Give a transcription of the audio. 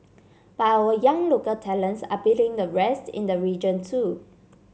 but our young local talents are beating the rest in the region too